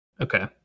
Okay